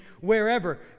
wherever